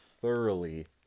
thoroughly